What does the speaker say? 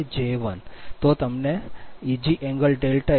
54 cos 0